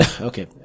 Okay